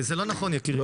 זה לא נכון, יקירי.